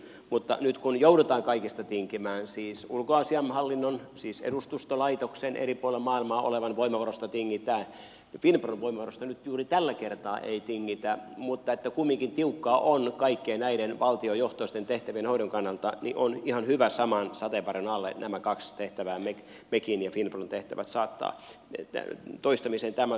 mutta nyt kun joudutaan kaikesta tinkimään ulkoasiainhallinnon siis edustustolaitoksen eri puolilla maailmaa olevista voimavaroista tingitään finpron voimavaroista nyt juuri tällä kertaa ei tingitä mutta kumminkin tiukkaa on kaikkien näiden valtiojohtoisten tehtävien hoidon kannalta niin on ihan hyvä saman sateenvarjon alle nämä kaksi tehtävää mekin ja finpron tehtävät saattaa tämä näin toistamiseen sanottuna